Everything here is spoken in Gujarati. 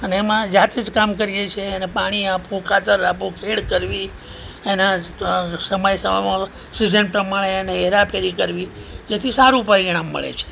અને એમાં જાતે જ કામ કરીએ છીએ અને પાણી આપવું ખાતર આપવું ખેડ કરવી એના સમય સિઝન પ્રમાણે એને હેરાફેરી કરવી જેથી સારું પરિણામ મળે છે